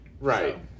Right